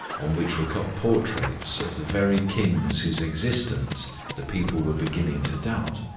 on which were cut portraits of the very kings whose existence the people were beginning to doubt!